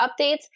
updates